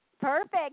Perfect